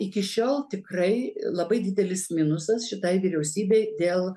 iki šiol tikrai labai didelis minusas šitai vyriausybei dėl